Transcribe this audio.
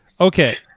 Okay